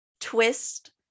twist